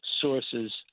sources